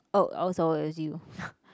oh oh so it's you